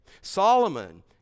Solomon